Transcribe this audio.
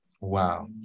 wow